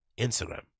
Instagram